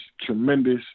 tremendous